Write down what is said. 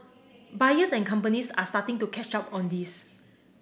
buyers and companies are starting to catch up on this